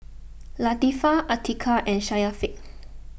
Latifa Atiqah and Syafiq